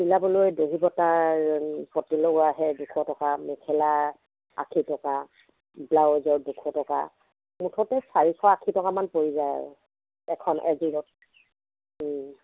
চিলাবলৈ দহি বটাৰ পটি লগোৱা সেই দুশ টকা মেখেলা আশী টকা ব্লাউজত দুশ টকা মুঠতে চাৰিশ আশী টকামান পৰি যায় আৰু এখন এযোৰত